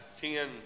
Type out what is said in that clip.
ten